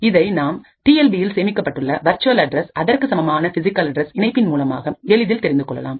இதை நாம் T L B இல் சேமிக்கப்பட்டுள்ள வெர்ச்சுவல் அட்ரஸ்அதற்கு சமமான பிசிகல் அட்ரஸ் இணைப்பின் மூலமாக எளிதில் தெரிந்துகொள்ளலாம்